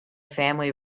family